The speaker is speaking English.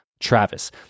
Travis